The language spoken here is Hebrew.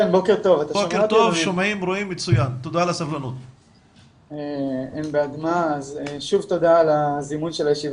עליה של פי 2 באלימות בבית וברחוב, עליה של פי